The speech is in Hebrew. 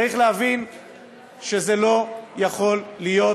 צריך להבין שזה לא יכול להיות,